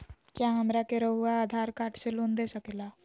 क्या हमरा के रहुआ आधार कार्ड से लोन दे सकेला?